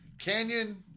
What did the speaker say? Canyon